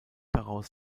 heraus